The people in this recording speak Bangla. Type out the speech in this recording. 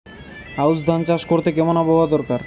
আউশ ধান চাষ করতে কেমন আবহাওয়া দরকার?